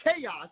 chaos